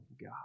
God